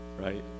right